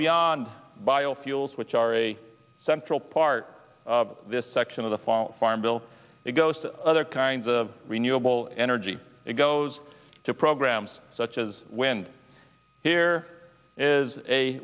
beyond biofuels which are a central part of this section of the fall farm bill it goes to other kinds of renewable energy it goes to programs such as wind here is a